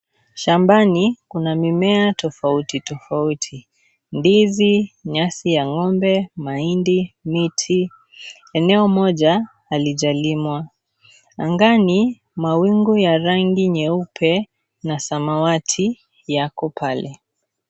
Shambani kuna mimea tofauti tofauti. Ndizi, nyasi ya ng'ombe, mahindi, miti. Eneo moja halijalimwa. Angani mawingu ya rangi nyeupe na samawati yako pale.